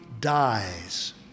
dies